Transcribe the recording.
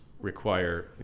require